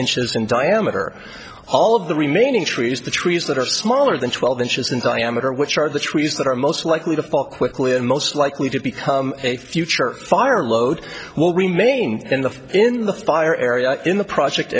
inches in diameter all of the remaining trees the trees that are smaller than twelve inches in diameter which are the trees that are most likely to fall quickly and most likely to become a future fire and load will remain in the in the fire area in the project